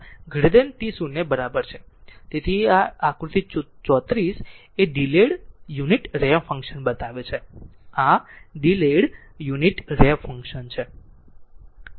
તેથી આ આકૃતિ 34 એ ડીલેયેડ યુનિટ રેમ્પ ફંક્શન બતાવે છે આ ડીલેયેડ યુનિટ રેમ્પ ફંક્શન છે